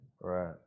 Right